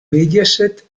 mediaset